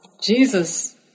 Jesus